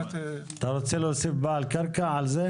אתה רוצה להוסיף בעל קרקע על זה?